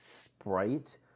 Sprite